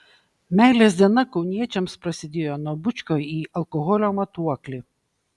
meilės diena kauniečiams prasidėjo nuo bučkio į alkoholio matuoklį